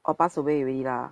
oh pass away already lah